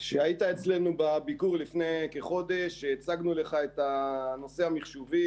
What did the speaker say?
כשהיית אצלנו בביקור לפני כחודש הצגנו לך את הנושא המחשובי,